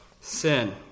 sin